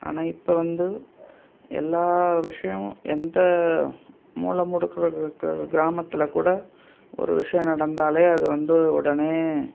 ஆனால் இப்போ வந்து எல்லா விஷயம் எந்த மூலைமுடுக்குல இருக்கற கிராமத்தில் கூட ஒரு விஷயம் நடந்தாலே அது வந்து உடனே